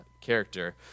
character